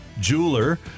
jeweler